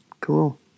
cool